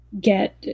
get